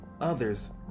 Others